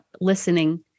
listening